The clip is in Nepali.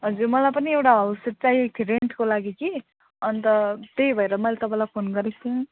हजुर मलाई पनि एउटा हाउस चाहिएको थियो रेन्टको लागि कि अन्त त्यही भएर मैले तपाईँलाई फोन गरेको थिएँ